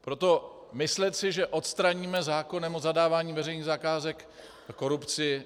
Proto myslet si, že odstraníme zákonem o zadávání veřejných zakázek korupci,